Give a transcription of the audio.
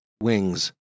Wings